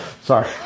Sorry